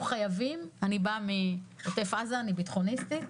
אני באה מעוטף עזה, אני ביטחוניסטית,